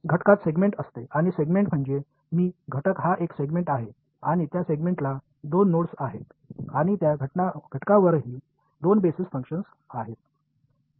घटकात सेगमेंट असते आणि सेगमेंट म्हणजे मी घटक हा एक सेगमेंट आहे आणि त्या सेगमेंटला दोन नोड्स आहेत आणि त्या घटकावरही दोन बेसिस फंक्शन्स असतात